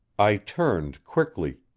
i turned quickly.